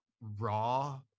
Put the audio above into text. raw